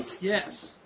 Yes